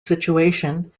situation